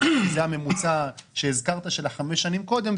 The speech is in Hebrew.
זה הממוצע שהזכרת של חמש השנים קודם,